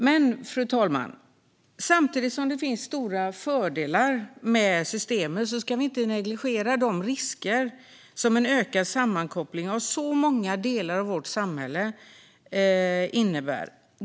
Men, fru talman, samtidigt som det finns stora fördelar med systemet ska vi inte negligera de risker som en ökad sammankoppling av många delar av vårt samhälle innebär.